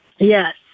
Yes